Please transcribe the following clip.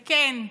וכן,